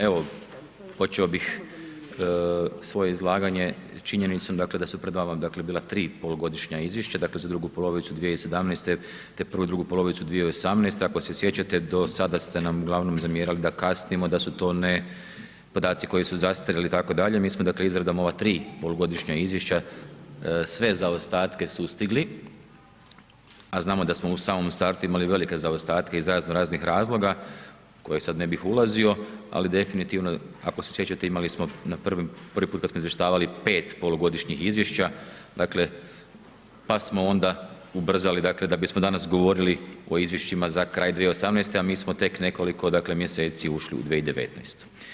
Evo počeo bih svoje izlaganje činjenicom dakle da su pred vama bila 3 polugodišnja izvješća, dakle za drugu polovicu 2017. te prvu i drugu polovicu 2018. ako sjećate, do sada ste nam uglavnom zamjerali da kasnimo, da su to podaci koji su zastarjeli itd., mi smo dakle izradom ova tri polugodišnja izvješća sve zaostatke sustigli a znam da smo u samom startu imali velike zaostatke iz raznoraznih razloga u koje ne bi sad ulazio ali definitivno ako se sjećate, imali smo prvi puta kad smo izvještavali 5 polugodišnjih izvješća, dakle pa smo onda ubrzali dakle da bismo danas govorili o izvješćima za kraj 2018. a mi smo tek nekoliko mjeseci ušli u 2019.